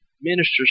ministers